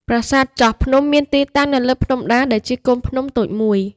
ប្រាសាទចោះភ្នំ មានទីតាំងនៅលើ ភ្នំដា ដែលជាកូនភ្នំតូចមួយ។